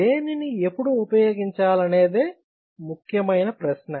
దేనిని ఎప్పుడు ఉపయోగించాలనేది ముఖ్యమైన ప్రశ్న